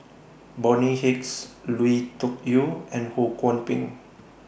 Bonny Hicks Lui Tuck Yew and Ho Kwon Ping